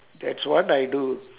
that's what I do